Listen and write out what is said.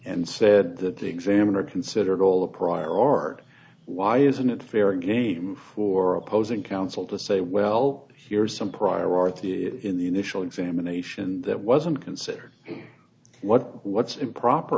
and said that the examiner considered all the prior art why isn't it fair game for opposing counsel to say well here's some priority in the initial examination that wasn't considered what what's improper